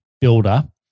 builder